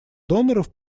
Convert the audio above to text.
доноров